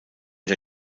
der